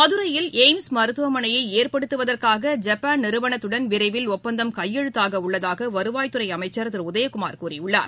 மதுரையில் எய்ம்ஸ் மருத்துவமனையை ஏற்படுத்துவதற்காக ஜப்பான் நிறுவனத்துடன் விரைவில் ஒப்பந்தம் கையெழுத்தாக உள்ளதாக வருவாய்த்துறை அமைச்ச் திரு உதயகுமார் கூறியுள்ளார்